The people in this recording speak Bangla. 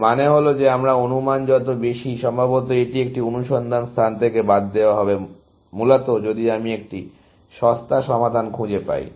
এর মানে হল যে আমার অনুমান যত বেশি সম্ভবত এটি একটি অনুসন্ধান স্থান থেকে বাদ দেওয়া হবে মূলত যদি আমি একটি সস্তা সমাধান খুঁজে পাই